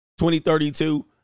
2032